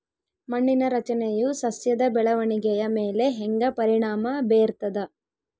ಮಣ್ಣಿನ ರಚನೆಯು ಸಸ್ಯದ ಬೆಳವಣಿಗೆಯ ಮೇಲೆ ಹೆಂಗ ಪರಿಣಾಮ ಬೇರ್ತದ?